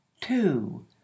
two